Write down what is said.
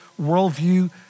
worldview